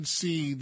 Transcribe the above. see